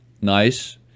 Nice